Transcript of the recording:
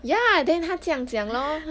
ya then 她这样讲 lor